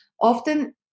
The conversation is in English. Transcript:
Often